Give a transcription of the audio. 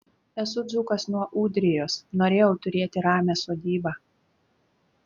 esu dzūkas nuo ūdrijos norėjau turėti ramią sodybą